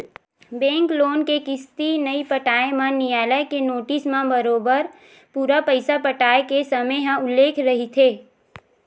bank loan के किस्ती नइ पटाए म नियालय के नोटिस म बरोबर पूरा पइसा पटाय के समे ह उल्लेख रहिथे